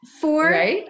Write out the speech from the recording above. Four